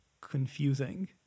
confusing